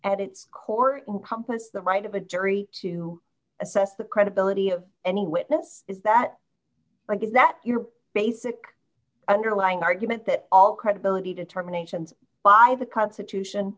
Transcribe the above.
at its core compass the right of a jury to assess the credibility of any witness is that like is that your basic underlying argument that all credibility determinations by the constitution